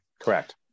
Correct